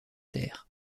terres